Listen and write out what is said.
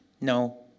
No